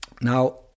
Now